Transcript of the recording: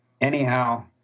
anyhow